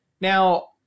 Now